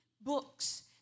books